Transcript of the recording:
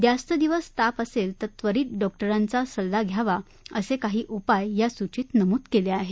जास्त दिवस ताप असेल तर त्वरित डॉक्टरांचा सल्ला घ्यावा असे काही उपाय या सूचित नमूद केले आहेत